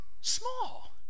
small